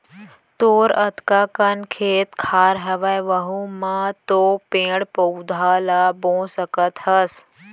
तोर अतका कन खेत खार हवय वहूँ म तो पेड़ पउधा ल बो सकत हस